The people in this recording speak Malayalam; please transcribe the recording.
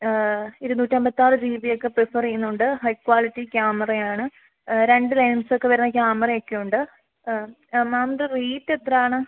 ഇരുനൂറ്റി അമ്പത്താറ് ജി ബി ഒക്കെ പ്രിഫർ ചെയ്യുന്നുണ്ട് ഹൈ ക്വാളിറ്റി ക്യാമറ ആണ് രണ്ട് ലെൻസ് ഒക്കെ വരുന്ന ക്യാമറ ഒക്കെ ഉണ്ട് മാമിന്റെ റേറ്റ് എത്രയാണ്